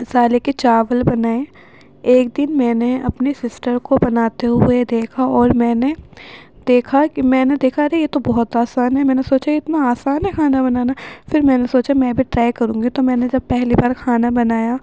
مصالحے کے چاول بنائے ایک دن میں نے اپنی سسٹر کو بناتے ہوئے دیکھا اور میں نے دیکھا کہ میں نے دیکھا ارے یہ تو بہت آسان ہے میں نے سوچا اتنا آسان ہے کھانا بنانا پھر میں نے سوچا میں بھی ٹرائی کروں گی میں نے جب پہلی بار کھانا بنایا